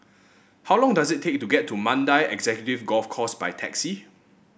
how long does it take to get to Mandai Executive Golf Course by taxi